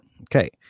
Okay